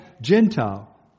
Gentile